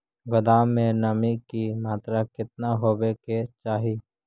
गोदाम मे नमी की मात्रा कितना होबे के चाही?